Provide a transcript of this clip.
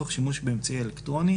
תוך שימוש באמצעי אלקטרוני,